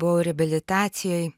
buvau reabilitacijoj